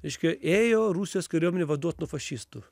reiškia ėjo rusijos kariuomenė vaduot nuo fašistų